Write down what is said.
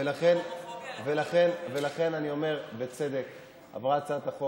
בוא, אל תהפוך את זה